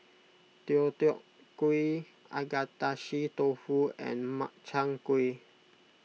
Deodeok Gui Agedashi Dofu and Makchang Gui